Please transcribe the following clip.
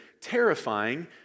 terrifying